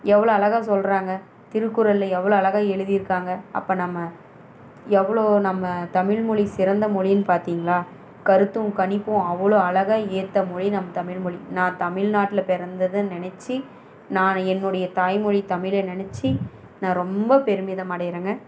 எவ்வளோ அழகாக சொல்கிறாங்க திருக்குறளில் எவ்வளோ அழகாக எழுதியிருக்காங்க அப்போ நம்ம எவ்வளோ நம்ம தமிழ்மொழி சிறந்த மொழின்னு பார்த்திங்களா கருத்தும் கணிப்பும் அவ்வளோ அழகாக ஏற்ற மொழி நம் தமிழ்மொழி நான் தமிழ்நாட்டில் பிறந்தத நினைச்சி நானு என்னுடைய தாய்மொழி தமிழை நினைச்சி நான் ரொம்ப பெருமிதம் அடைகிறேங்க